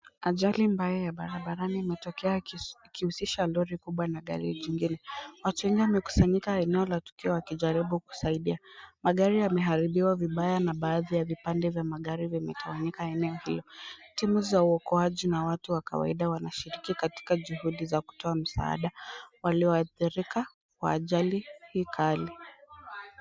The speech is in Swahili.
Ajali mbaya ya barabara imetokea ikihusisha lori kubwa na gari jingine. Watu wengi wamekusanyika eneo la tukio wakijaribu kusaidia .Magari yameharibiwa vibaya na baadhi ya vipande vya gari vimetawanyika eneo hilo. Timu za uokoaji na watu wa kawaida wanashikiriki katika juhudi za kutoa msaada kwa walioathirika kwa ajali hii kali.